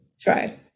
try